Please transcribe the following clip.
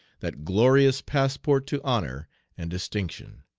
that glorious passport to honor and distinction,